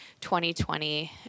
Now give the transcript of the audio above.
2020